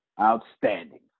Outstanding